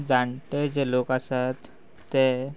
जाणटे जे लोक आसात ते